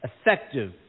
effective